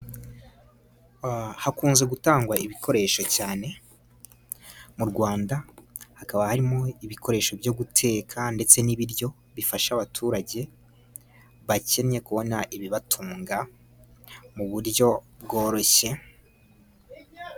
Hakunze gutangwa ibikoresho cyane mu Rwanda, hakaba harimo ibikoresho byo guteka ndetse n'ibiryo bifasha abaturage bakennye, kubona ibibatunga mu buryo bworoshye.